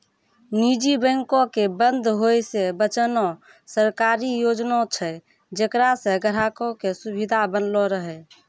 निजी बैंको के बंद होय से बचाना सरकारी योजना छै जेकरा से ग्राहको के सुविधा बनलो रहै